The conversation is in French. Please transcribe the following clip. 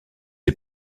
est